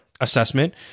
assessment